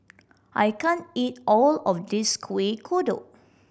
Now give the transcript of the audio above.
I can't eat all of this Kueh Kodok